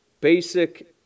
basic